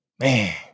man